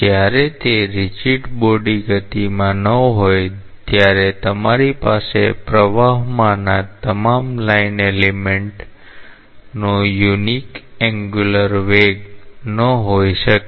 તેથી જ્યારે તે રીજીડ બોડી ગતિમાં ન હોય ત્યારે તમારી પાસે પ્રવાહમાંના તમામ લાઈન એલિમેન્ટનો યુનિક એન્ગ્યુલર વેગ ન હોઈ શકે